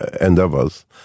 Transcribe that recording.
endeavors